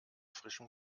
frischem